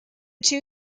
two